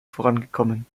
vorangekommen